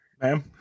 ma'am